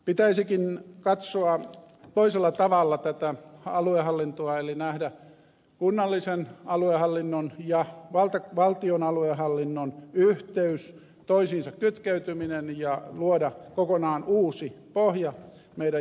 pitäisikin katsoa toisella tavalla aluehallintoa eli nähdä kunnallisen aluehallinnon ja valtion aluehallinnon yhteys toisiinsa kytkeytyminen ja luoda kokonaan uusi pohja meidän järjestelmällemme